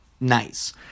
Nice